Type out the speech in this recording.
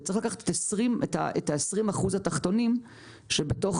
וצריך לקחת את 20% התחתונים שבתוך